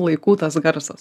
laikų tas garsas